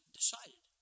decided